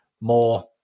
more